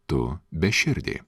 tu beširdė